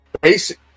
basic